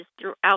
throughout